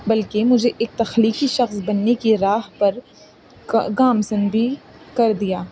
بلکہ مجھے ایک تخلیقی شخص بنے کی راہ پر گامزن بھی کر دیا